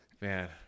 Man